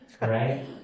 right